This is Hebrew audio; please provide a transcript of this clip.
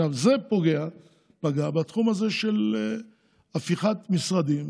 עכשיו, זה פגע בתחום הזה של הפיכת משרדים